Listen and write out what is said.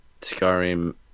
Skyrim